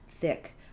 thick